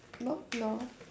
knock knock